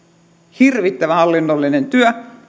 hirvittävä hallinnollinen työ